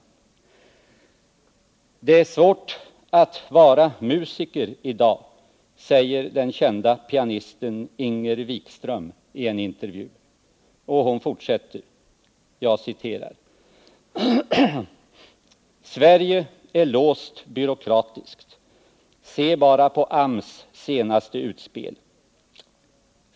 Det är svårt att vara musiker i dag, säger den kända pianisten Inger Wikström i en intervju. Och hon fortsätter: Sverige är låst byråkratiskt. Se bara på AMS:s senaste utspel.